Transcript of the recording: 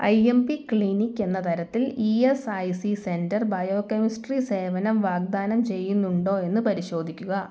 I M P clinic എന്ന തരത്തിൽ E S I C centre biochemistry സേവനം വാഗ്ദാനം ചെയ്യുന്നുണ്ടോ എന്ന് പരിശോധിക്കുക